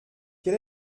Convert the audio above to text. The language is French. quel